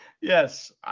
Yes